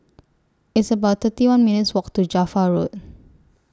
It's about thirty one minutes' Walk to Java Road